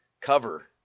cover